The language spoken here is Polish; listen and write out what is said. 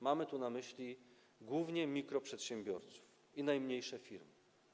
Mamy tu na myśli głównie mikroprzedsiębiorców i najmniejsze firmy.